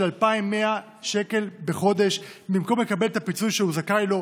2,100 שקל בחודש במקום לקבל את הפיצוי שהוא זכאי לו.